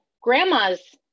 grandma's